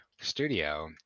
studio